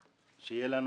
שיהיו לנו